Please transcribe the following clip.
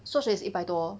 Swatch 也是一百多